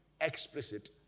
explicit